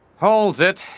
holds it.